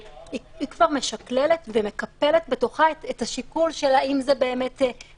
היא כבר משכללת ומקפלת בתוכה את השיקול של מה האלטרנטיבה,